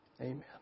Amen